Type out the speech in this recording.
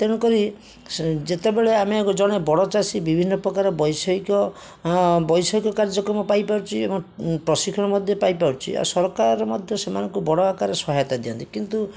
ତେଣୁକରି ଯେତେବେଳେ ଆମେ ଜଣେ ବଡ଼ ଚାଷୀ ବିଭିନ୍ନପ୍ରକାର ବୈଷୟିକ ବୈଷୟିକ କାର୍ଯ୍ୟକ୍ରମ ପାଇପାରୁଛି ଏବଂ ପ୍ରଶିକ୍ଷଣ ମଧ୍ୟ ପାଇପାରୁଛି ସରକାର ମଧ୍ୟ ସେମାନଙ୍କୁ ବଡ଼ ଆକାରରେ ସହାୟତା ଦିଅନ୍ତି କିନ୍ତୁ